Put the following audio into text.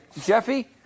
Jeffy